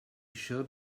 showed